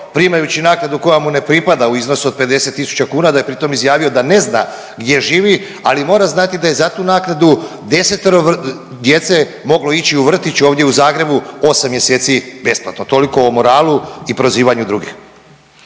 primajući naknadu koja mu ne pripada u iznosu od 50.000 kuna da je pri tom izjavio da ne zna gdje živi, ali mora znati da je za tu naknadu 10-oro djece moglo ići u vrtić ovdje u Zagrebu 8 mjeseci besplatno. Toliko o moralu i prozivanju drugih.